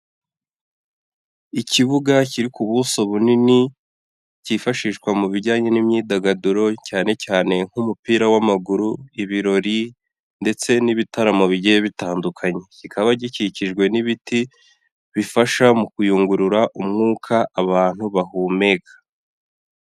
Ikibuga kiri ku buso bunini, cyifashishwa mu bijyanye n'imyidagaduro cyane cyane nk'umupira w'amaguru, ibirori ndetse n'ibitaramo bigiye bitandukanye, kikaba gikikijwe n'ibiti bifasha mu kuyungurura umwuka abantu bahumeka.